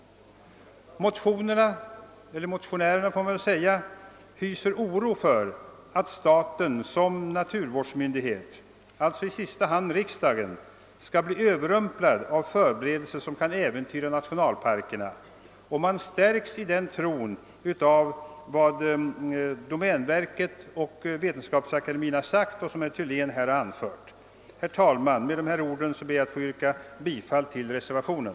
Motionärerna hyser oro för att staten som naturvårdsmyndighet — alltså i sista hand riksdagen — skall bli överrumplad av förberedelser som kan äventyra nationalparkerna, och man stärks i den tron av vad domänverket och Vetenskapsakademien har yttrat och som herr Thylén här har åberopat. Herr talman! Med dessa ord ber jag att få yrka bifall till reservationen.